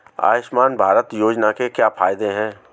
आयुष्मान भारत योजना के क्या फायदे हैं?